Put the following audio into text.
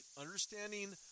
understanding